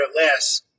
less